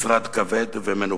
משרד כבד ומנופח.